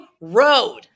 road